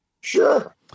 sure